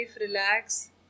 relax